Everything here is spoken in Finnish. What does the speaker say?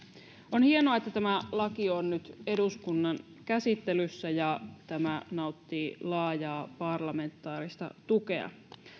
on hienoa että tämä laki on nyt eduskunnan käsittelyssä ja tämä nauttii laajaa parlamentaarista tukea